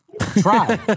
Try